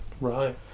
right